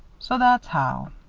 so that's how.